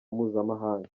mpuzamahanga